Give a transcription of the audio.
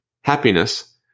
Happiness